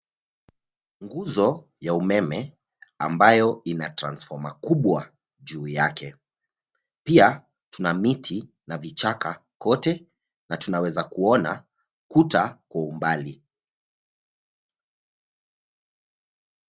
Nguzo ya umeme ambayo ina transfoma kubwa juu yake. Pia tuna miti na vichaka kwote na tunaweza kuona kuta kwa umbali.